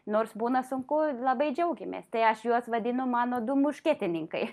nors būna sunku labai džiaugiamės tai aš juos vadinu mano du muškietininkai